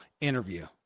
interview